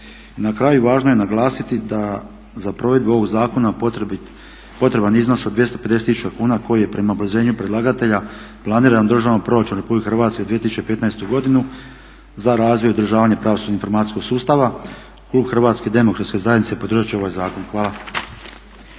Na kraju, važno je naglasiti da za provedbu ovog zakona potreban je iznos od 250 000 kuna koji je prema obrazloženju predlagatelja planiran u državnom proračunu Republike Hrvatske za 2015. godinu za razvoj i održavanje pravosudnog informacijskog sustava. Klub HDZ-a podržat će ovaj zakon. Hvala.